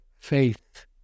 faith